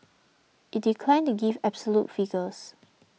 it declined to give absolute figures